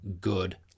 good